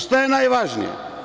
Šta je najvažnije?